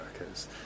workers